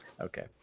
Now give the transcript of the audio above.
okay